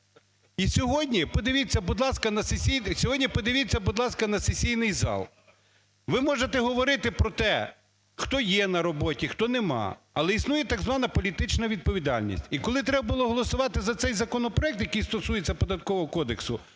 Сьогодні, подивіться, будь ласка, на сесійній зал, ви можете говорити про те, хто є на роботі, хто нема, але існує, так звана, політична відповідальність, і коли треба було голосувати за цей законопроект, який стосується податкового кодексу,